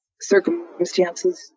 circumstances